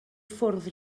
ffwrdd